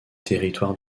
territoire